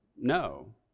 No